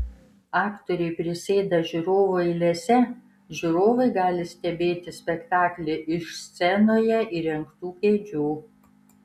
aktoriai prisėda žiūrovų eilėse žiūrovai gali stebėti spektaklį iš scenoje įrengtų kėdžių